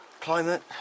Climate